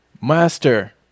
Master